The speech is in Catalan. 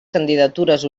candidatures